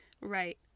right